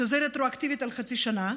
שזה רטרואקטיבית על חצי שנה,